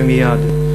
ומייד.